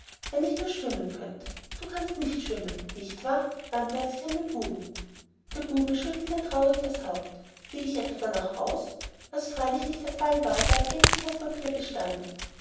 wenn ich nur schwimmen könnt du kannst nicht schwimmen nicht wahr wandte er sich an den buben der bube schüttelte traurig das haupt seh ich etwa danach aus was freilich nicht der fall war da er gänzlich aus papier bestand